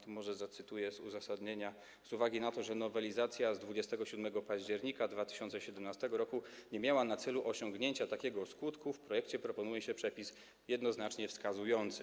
Tu może zacytuję z uzasadnienia: Z uwagi na to, że nowelizacja z 27 października 2017 r. nie miała na celu osiągnięcia takiego skutku, w projekcie proponuje się przepis jednoznacznie wskazujący.